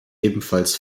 ebenfalls